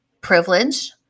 privilege